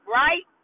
right